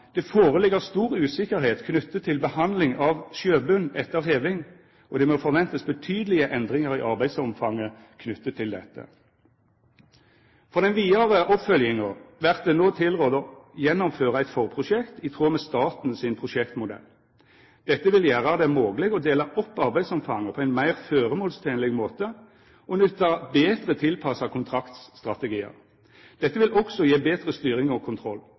foreligger stor usikkerhet knyttet til behandling av sjøbunn etter heving, og det må forventes betydelige endringer i arbeidsomfanget knyttet til dette.» For den vidare oppfølginga vert det no tilrådd å gjennomføra eit forprosjekt i tråd med staten sin prosjektmodell. Dette vil gjera det mogleg å dela opp arbeidsomfanget på ein meir føremålstenleg måte, og nytta betre tilpassa kontraktstrategiar. Dette vil også gje betre styring og kontroll.